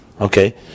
Okay